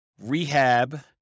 rehab